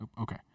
Okay